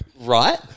right